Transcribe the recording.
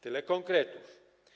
Tyle konkretów.